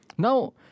Now